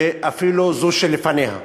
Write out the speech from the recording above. ואפילו זו שלפניה.